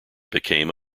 became